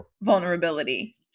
vulnerability